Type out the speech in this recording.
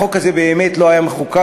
החוק הזה באמת לא היה מחוקק,